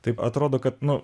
taip atrodo kad nu